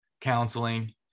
Counseling